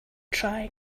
try